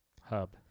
Hub